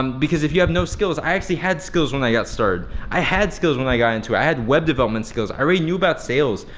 um because if you have no skills, i actually had skills when i got started. i had skills when i got into it. i had web development skills, i already knew about sales,